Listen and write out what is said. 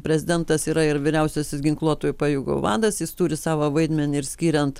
prezidentas yra ir vyriausiasis ginkluotųjų pajėgų vadas jis turi savo vaidmenį ir skiriant